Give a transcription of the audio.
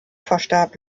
verstarb